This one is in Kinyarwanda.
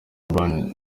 urban